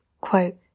quote